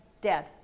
dead